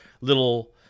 little